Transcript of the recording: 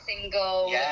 single